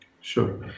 Sure